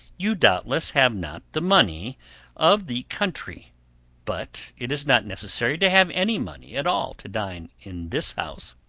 you doubtless have not the money of the country but it is not necessary to have any money at all to dine in this house.